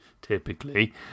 Typically